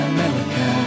America